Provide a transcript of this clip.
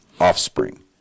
offspring